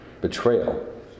betrayal